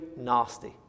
nasty